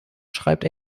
schreibt